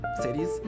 cities